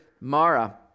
Mara